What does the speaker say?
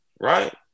right